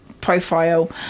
profile